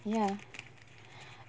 ya